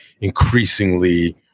increasingly